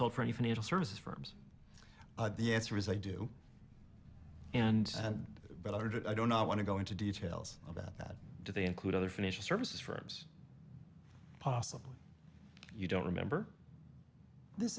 lt for any financial services firms the answer is i do and and i don't want to go into details about that do they include other financial services firms possibly you don't remember this